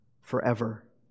forever